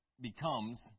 becomes